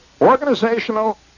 organizational